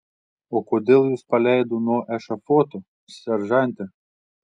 o kodėl jus paleido nuo ešafoto seržante